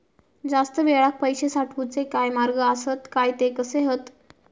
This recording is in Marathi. जास्त वेळाक पैशे साठवूचे काय मार्ग आसत काय ते कसे हत?